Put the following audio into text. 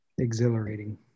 exhilarating